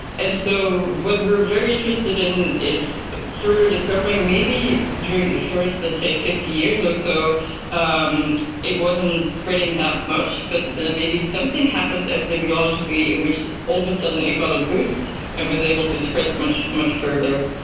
and so what we are very interested in is further discovering maybe during the first, let's say, fifty years or so um it wasn't spreading that much, but then maybe something happens epidemiologically in which all of a sudden it got a boost and was able to spread much, much further.